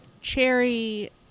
cherry